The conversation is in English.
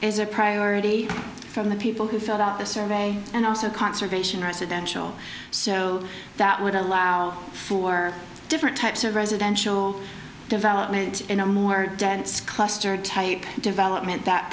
is a priority from the people who filled out the survey and also conservation residential so that would allow for different types of residential development in a more dense cluster type development that